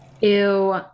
ew